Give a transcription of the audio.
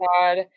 God